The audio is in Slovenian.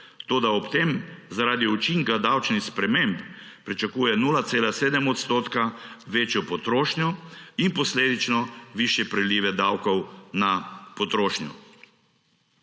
toda ob tem zaradi učinka davčnih sprememb pričakuje 0,7 odstotka večjo potrošnjo in posledično višje prilive davkov na potrošnjo.